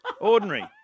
Ordinary